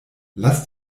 lass